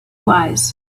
was